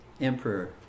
emperor